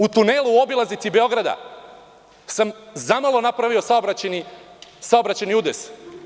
U tunelu, obilaznici Beograda, sam zamalo napravio saobraćajni udes.